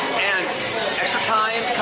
and extra time